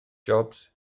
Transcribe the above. jobs